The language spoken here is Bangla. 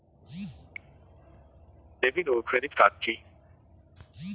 ডেভিড ও ক্রেডিট কার্ড কি?